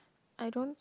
I don't